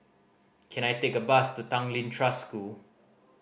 can I take a bus to Tanglin Trust School